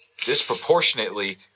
disproportionately